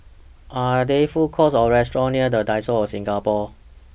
Are There Food Courts Or restaurants near The Diocese Singapore